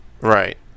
Right